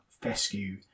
fescue